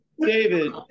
David